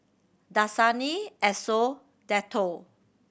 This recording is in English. Dasani Esso Dettol